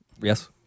Yes